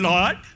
Lord